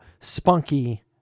spunky